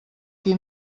qui